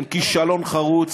הן כישלון חרוץ,